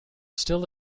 still